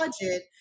budget